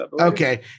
Okay